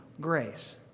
grace